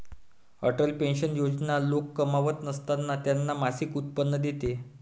Atal pension योजना लोक कमावत नसताना त्यांना मासिक उत्पन्न देते